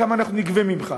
כמה אנחנו נגבה ממך,